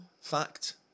Fact